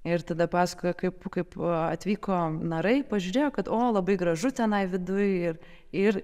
ir tada pasakojo kaip kaip atvyko narai pažiūrėjo kad o labai gražu tenai viduj ir ir